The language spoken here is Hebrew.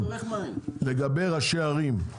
לגבי ראשי ערים,